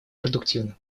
продуктивным